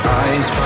eyes